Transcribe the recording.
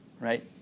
right